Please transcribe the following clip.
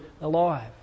alive